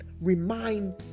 remind